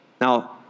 Now